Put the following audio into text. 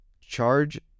charge